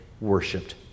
Worshipped